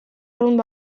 arrunt